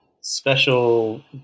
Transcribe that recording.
special